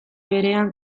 berean